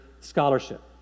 Scholarship